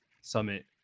Summit